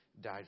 died